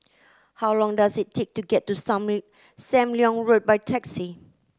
how long does it take to get to Sam Leong Road by taxi